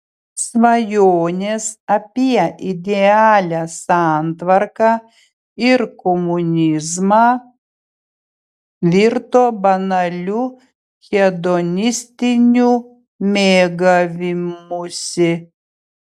svajonės apie idealią santvarką ir komunizmą virto banaliu hedonistiniu mėgavimusi